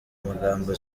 amagambo